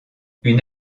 une